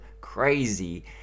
crazy